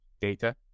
data